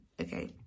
okay